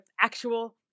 actual